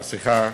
סליחה.